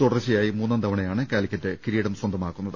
തുടർച്ചയായി മൂന്നാം തവണ യാണ് കാലിക്കറ്റ് കിരീടം സ്വന്തമാക്കുന്നത്